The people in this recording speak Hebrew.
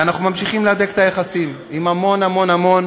ואנחנו ממשיכים להדק את היחסים עם המון המון המון